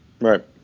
right